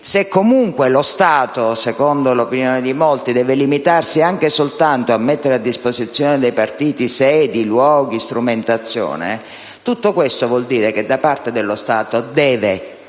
e se, ancora, secondo l'opinione di molti, lo Stato deve limitarsi anche soltanto a mettere a disposizione dei partiti sedi, luoghi e strumentazione, tutto questo vuol dire che, da parte dello Stato, deve